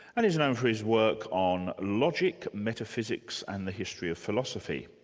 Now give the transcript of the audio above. and is known for his work on logic, metaphysics and the history of philosophy.